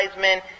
men